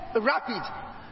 rapid